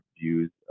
views